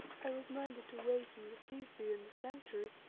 i was minded to wait and receive thee in the sanctuary,